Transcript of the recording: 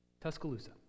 Tuscaloosa